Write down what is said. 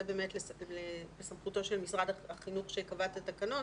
באמת בסמכותו של משרד החינוך שקבע את התקנות